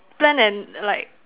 plan and like